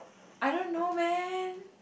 I don't know man